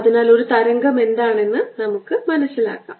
അതിനാൽ ഒരു തരംഗം എന്താണെന്ന് നമുക്ക് മനസ്സിലാക്കാം